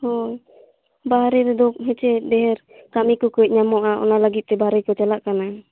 ᱦᱳᱭ ᱵᱟᱨᱦᱮ ᱨᱮᱫᱚ ᱦᱮᱸᱥᱮ ᱰᱷᱮᱨ ᱠᱟᱹᱢᱤ ᱠᱚ ᱠᱟᱹᱡ ᱧᱟᱢᱚᱜᱼᱟ ᱚᱱᱟ ᱞᱟᱹᱜᱤᱫ ᱛᱮ ᱵᱟᱨᱦᱮ ᱠᱚ ᱪᱟᱞᱟᱜ ᱠᱟᱱᱟ